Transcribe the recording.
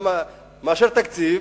אתה מאשר תקציב